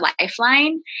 lifeline